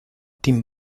tim